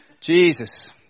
Jesus